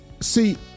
See